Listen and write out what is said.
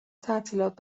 تعطیلات